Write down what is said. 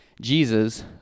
Jesus